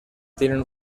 tienen